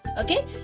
Okay